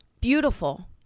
beautiful